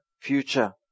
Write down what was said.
future